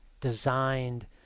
designed